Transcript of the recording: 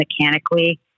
mechanically